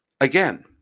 again